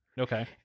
Okay